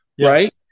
right